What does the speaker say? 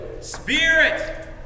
spirit